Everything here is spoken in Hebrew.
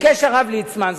ביקש הרב ליצמן,